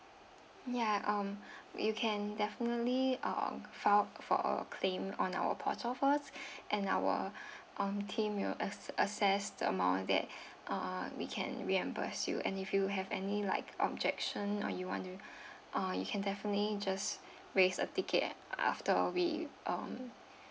yeah um you can definitely uh file for a claim on our portal first and our um team will ass~ assess the amount that uh we can reimburse you and if you have any like objection or you want to uh you can definitely just raise a ticket after uh we um